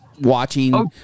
watching